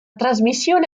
trasmissione